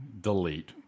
delete